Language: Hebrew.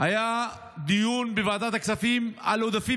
היה דיון בוועדת הכספים על עודפים